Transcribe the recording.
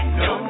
no